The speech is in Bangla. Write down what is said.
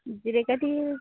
জিরেকাঠি